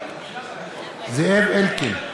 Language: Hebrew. זאב אלקין,